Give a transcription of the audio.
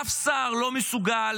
אף שר לא מסוגל